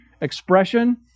expression